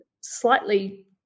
slightly